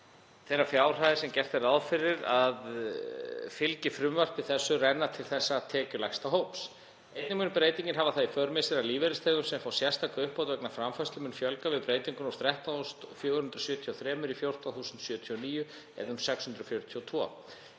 þeirrar fjárhæðar sem gert er ráð fyrir að fylgi frumvarpi þessu renna til þessa tekjulægsta hóps. Einnig mun breytingin hafa það í för með sér að lífeyrisþegum sem fá sérstaka uppbót vegna framfærslu mun fjölga við breytinguna úr 13.473 í 14.079 eða um 642.